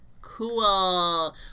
Cool